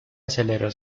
aceleró